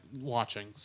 watching